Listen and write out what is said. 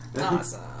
Awesome